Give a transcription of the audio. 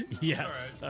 Yes